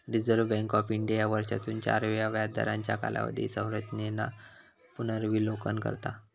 reserve bank of India वर्षातून चार वेळा व्याजदरांच्या कालावधीच्या संरचेनेचा पुनर्विलोकन करता